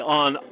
on